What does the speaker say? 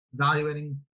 Evaluating